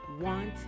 want